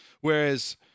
Whereas